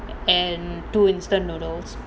and two instant noodles